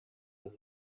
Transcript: with